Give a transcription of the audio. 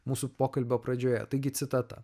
mūsų pokalbio pradžioje taigi citata